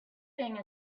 thing